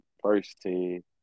first-team